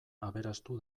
aberastu